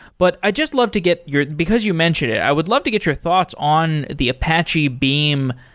but i just love to get your because you mentioned it. i would love to get your thoughts on the apache beam,